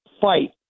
fight